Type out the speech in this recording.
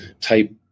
type